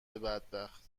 بدبخت